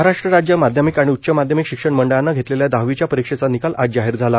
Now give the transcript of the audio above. महाराष्ट्र राज्य माध्यमिक आणि उच्च माध्यमिक शिक्षण मंडळानं घेतलेल्या दहावीच्या परीक्षेचा निकाल आज जाहिर झाला